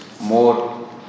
more